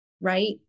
right